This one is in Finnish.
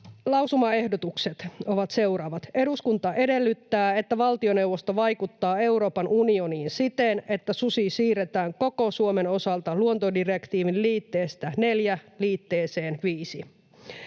Lausumaehdotukset ovat seuraavat: ”1. Eduskunta edellyttää, että valtioneuvosto vaikuttaa Euroopan unioniin siten, että susi siirretään koko Suomen osalta luontodirektiivin liitteestä IV liitteeseen V.”